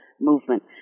movement